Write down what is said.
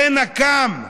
זה נקם.